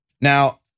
Now